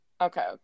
okay